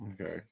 Okay